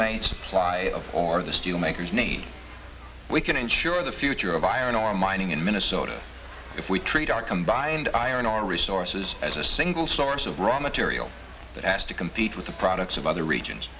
made supply of or the steel makers need we can insure the future of iron ore mining in minnesota if we treat our combined iron ore resources as a single source of raw material that has to compete with the products of other regions